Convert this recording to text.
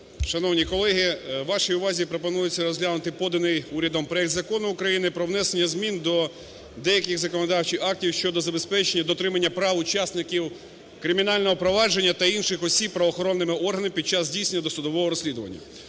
Шановні колеги, вашій увазі пропонується розглянути поданий урядом проект Закону України про внесення змін до деяких законодавчих актів щодо забезпечення дотримання прав учасників кримінального провадження та інших осіб правоохоронними органами під час здійснення досудового розслідування